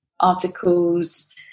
articles